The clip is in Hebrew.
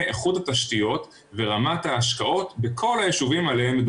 איכות התשתיות ורמת ההשקעות בכל היישובים עליהם מדובר.